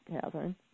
Catherine